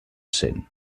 cent